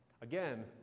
Again